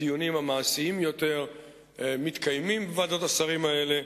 הדיונים המעשיים יותר מתקיימים בוועדות השרים האלה,